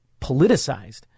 politicized